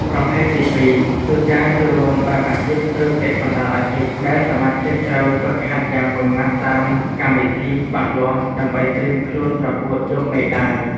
ប្រភេទទីពីរ គឺការចូលរួមបែបអាជីព ឬពាក់កណ្តាលអាជីព ដែលសមាជិកត្រូវហ្វឹកហាត់យ៉ាងម៉ឺងម៉ាត់តាមកម្មវិធីច្បាស់លាស់ដើម្បីត្រៀមខ្លួនប្រកួតយកមេដាយ។